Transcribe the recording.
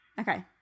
Okay